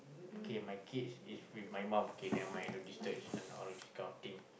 kay my kids is with my mum okay never mind don't disturb this one of this kind of thing